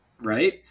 Right